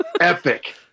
epic